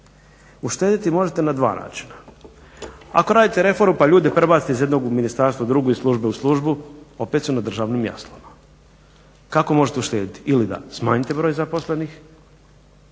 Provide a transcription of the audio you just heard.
Uštediti možete na dva načina. Ako radite reformu pa ljude prebacite iz jednog Ministarstva u drugo iz službe u službu, opet su na državnim jaslama. Kako možete uštedjeti? Ili da smanjite broj zaposlenih